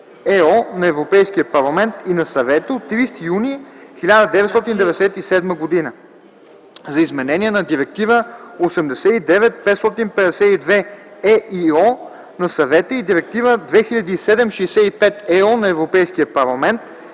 на Европейския парламент и на Съвета от 30 юни 1997 година за изменение на Директива 89/552/ЕИО на Съвета и Директива 2007/65/ЕО на Европейския парламент